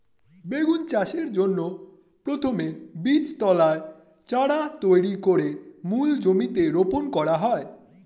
বেগুন চাষের জন্য প্রথমে বীজতলায় চারা তৈরি করে মূল জমিতে রোপণ করতে হয়